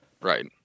Right